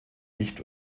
nicht